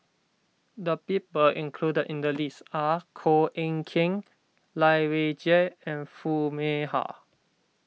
the people included in the list are Koh Eng Kian Lai Weijie and Foo Mee Har